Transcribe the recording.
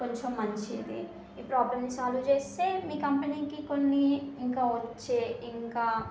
కొంచెం మంచిది ఈ ప్రాబ్లంని సాల్వ్ చేస్తే మీ కంపెనీకి కొన్ని ఇంకా వచ్చే ఇంకా